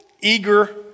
eager